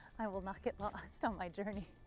i will not get lost on my journey.